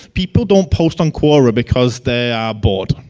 people don't post on quora, because they are bored.